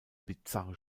bizarre